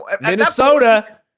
Minnesota